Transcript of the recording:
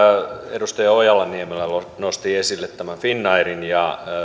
edustaja ojala niemelä nosti esille finnairin ja